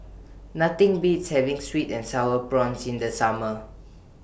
Nothing Beats having Sweet and Sour Prawns in The Summer